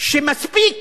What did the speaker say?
שמספיק